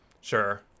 Sure